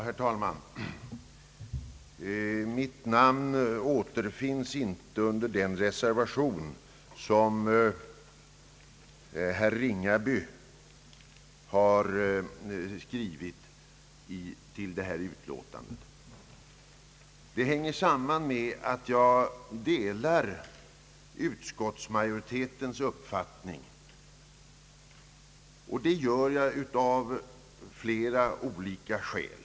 Herr talman! Mitt namn återfinns inte under den reservation som herr Ringaby har avgivit till detta utlåtande. Det hänger samman med att jag delar utskottsmajoritetens uppfattning, och det gör jag av flera olika skäl.